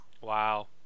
Wow